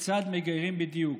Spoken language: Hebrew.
כיצד מגיירים בדיוק.